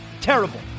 Terrible